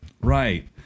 Right